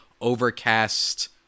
Overcast